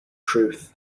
truth